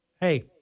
hey